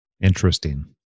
Interesting